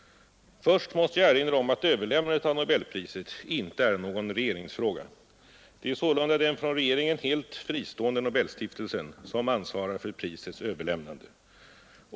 Först måste jag erinra om att överlämnandet av nobelpriset inte är någon regeringsfråga. Det är sålunda den från regeringen helt fristående Nobelstiftelsen som ansvarar för prisets överlämnande.